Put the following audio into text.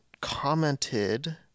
commented